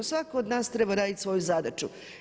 Svako od nas treba raditi svoju zadaću.